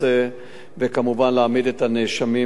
וכמובן להעמיד את הנאשמים לדין.